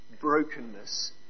brokenness